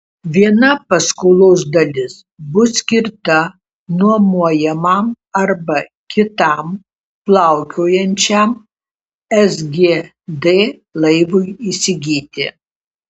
viena paskolos dalis bus skirta nuomojamam arba kitam plaukiojančiam sgd laivui įsigyti